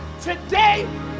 Today